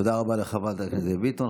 תודה רבה לחברת הכנסת ביטון.